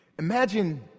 Imagine